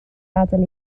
adael